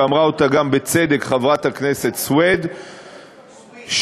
ואמרה אותה גם בצדק חברת הכנסת סויד סוִיד.